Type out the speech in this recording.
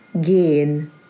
gain